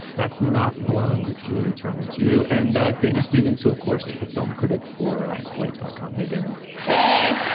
that's not blonde. julia turner to you and dennis stephens who of course is the film critic for ah slate dot com heyday hey